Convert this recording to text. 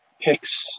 picks